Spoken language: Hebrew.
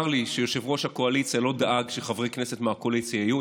צר לי שיושב-ראש הקואליציה לא דאג שחברי כנסת מהקואליציה יהיו.